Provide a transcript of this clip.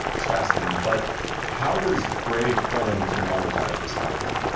it's fascinating, but how does brave plan to monetize this platform?